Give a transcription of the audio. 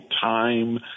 time